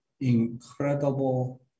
incredible